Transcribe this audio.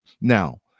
Now